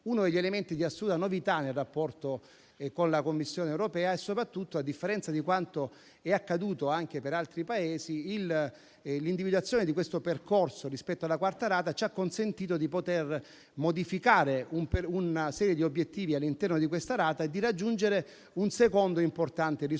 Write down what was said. uno degli elementi di assoluta novità nel rapporto con la Commissione europea e soprattutto, a differenza di quanto è accaduto anche per altri Paesi, l'individuazione di questo percorso rispetto alla quarta rata ci ha consentito di modificare una serie di obiettivi all'interno di questa rata e di raggiungere un secondo importante risultato,